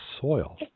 soil